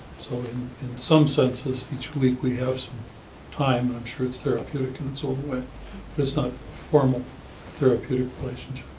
so in and some sense is each week we have some time, i'm sure it's therapeutic in its own way, but it's not a formal therapeutic relationship.